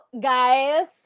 guys